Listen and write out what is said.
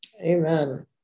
Amen